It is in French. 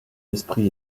d’esprit